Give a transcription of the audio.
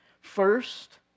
First